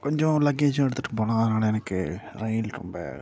கொஞ்சம் லக்கேஜும் எடுத்துகிட்டு போகலாம் அதனால் எனக்கு ரயில் ரொம்ப